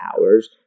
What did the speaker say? hours